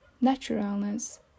naturalness